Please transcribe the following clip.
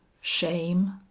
shame